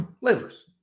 Livers